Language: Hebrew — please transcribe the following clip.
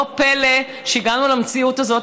לא פלא שהגענו למציאות הזאת,